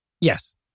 Yes